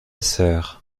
sœur